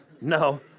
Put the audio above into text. no